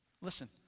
Listen